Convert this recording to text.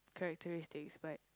characteristics but